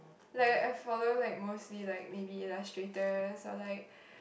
like I follow like mostly like maybe illustrators or like